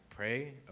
Pray